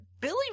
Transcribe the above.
Billy